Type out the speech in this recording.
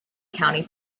county